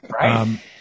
right